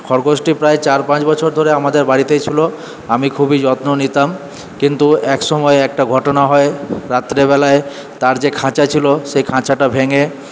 খরগোশটি প্রায় চার পাঁচ বছর ধরে আমাদের বাড়িতেই ছিল আমি খুবই যত্ন নিতাম কিন্তু এক সময়ে একটা ঘটনা হয় রাত্রেবেলায় তার যে খাঁচা ছিল সেই খাঁচাটা ভেঙে